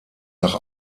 nach